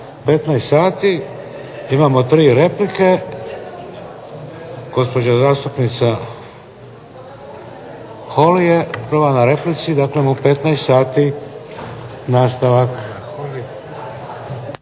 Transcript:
15 sati. Imamo tri replike, gospođa zastupnica Holy je prva na replici, daklem u 15 sati nastavak.